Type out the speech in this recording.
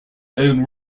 own